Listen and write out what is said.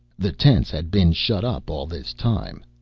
the tents had been shut up all this time.